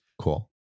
Cool